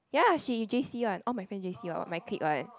ya she j_c one all my friends j_c one all my clique one